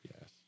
Yes